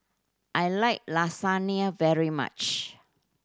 I like Lasagna very much